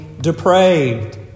depraved